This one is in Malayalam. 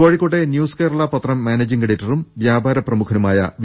കോഴിക്കോട്ടെ ന്യൂസ് കേരള പ്രത്രം മാനേജിങ് എഡി റ്ററും വ്യാപാര പ്രമുഖനുമായ വി